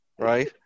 right